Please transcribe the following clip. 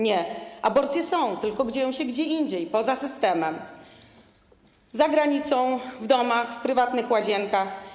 Nie, aborcje są, tylko przeprowadzane są gdzie indziej, poza systemem, za granicą, w domach, w prywatnych łazienkach.